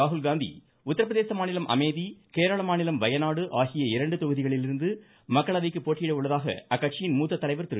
ராகுல்காந்தி உத்திரப்பிரதேச மாநிலம் அமேதி கேரள மாநிலம் வயநாடு ஆகிய இரண்டு தொகுதிகளிலிருந்து மக்களவைக்கு போட்டியிட உள்ளதாக அக்கட்சியின் மூத்த தலைவர் திரு